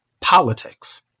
politics